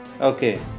Okay